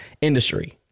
industry